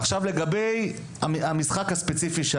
לגבי המשחק הספציפי.